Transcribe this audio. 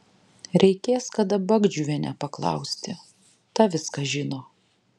reikės kada bagdžiuvienę paklausti ta viską žino